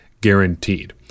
guaranteed